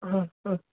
हा हा